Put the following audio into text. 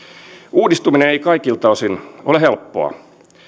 uudistuminen ei kaikilta osin ole helppoa